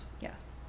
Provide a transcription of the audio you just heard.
Yes